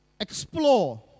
explore